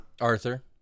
Arthur